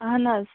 اَہَن حظ